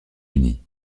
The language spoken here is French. unis